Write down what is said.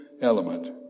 element